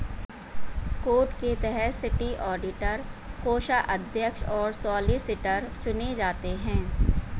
code के तहत city auditor, कोषाध्यक्ष और सॉलिसिटर चुने जाते हैं